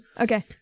Okay